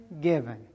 given